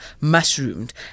mushroomed